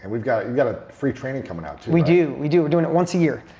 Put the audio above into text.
and you've got you've got a free training coming out too. we do, we do. we're doing it once a year.